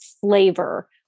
flavor